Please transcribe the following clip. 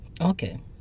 Okay